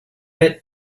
bit